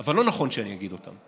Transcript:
אבל לא נכון שאני אגיד אותם.